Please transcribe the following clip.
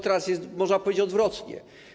Teraz jest, można powiedzieć, odwrotnie.